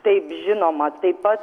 taip žinoma taip pat